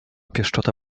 pieszczota